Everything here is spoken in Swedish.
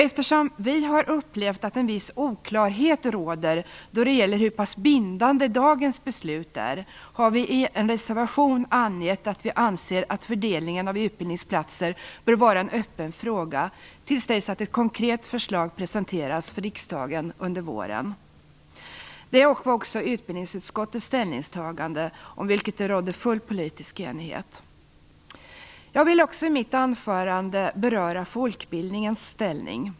Eftersom vi har upplevt att viss oklarhet råder om hur pass bindande dagens beslut är, har vi i en reservation angett att vi anser att fördelningen av utbildningsplatser böra vara en öppen fråga tills dess att ett konkret förslag presenterats för riksdagen under våren. Det är också utbildningsutskottets ställningstagande, om vilket det råder full politisk enighet. Jag vill också i mitt anförande beröra folkbildningens ställning.